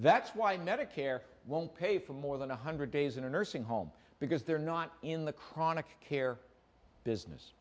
that's why medicare won't pay for more than one hundred days in a nursing home because they're not in the chronic care business